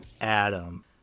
Adam